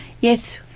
Yes